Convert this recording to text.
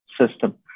system